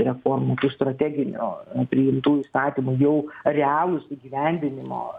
reformų tų strateginio priimtų įstatymų jau realūs įgyvendinimo